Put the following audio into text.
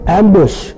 ambush